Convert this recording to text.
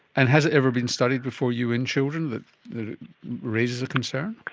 and has it ever been studied before you in children that that it raises a concern?